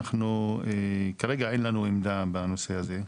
אנחנו כרגע אין לנו עמדה בנושא הזה,